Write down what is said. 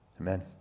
Amen